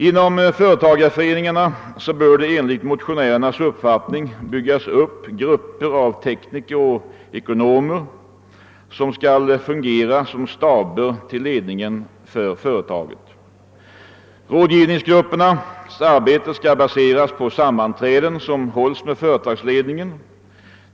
Inom företagareföreningarna bör det enligt motionärernas uppfattning byggas upp grupper av tekniker och ekonomer som skall fungera som staber åt ledningen för företaget. Rådgivningsgruppernas arbete skall baseras på sammanträden som hålls med företagsledningen.